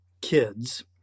kids